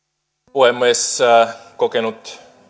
puhemies kokenut